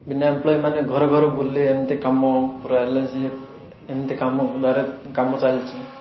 ବିନା ଏମ୍ପ୍ଲୋଇମାନେ ଘର ଘର ବୁଲି ଏମିତି କାମ ଏମିତି କାମ ଦ୍ୱାରା କାମ ଚାଲିଛି